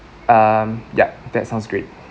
um yup that sounds great